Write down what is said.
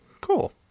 Cool